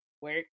work